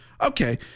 Okay